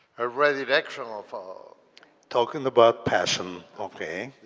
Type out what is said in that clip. a reaction of talking about passion. ok.